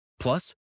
Plus